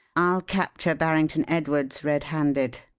i'll capture barrington-edwards red-handed.